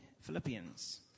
Philippians